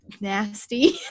nasty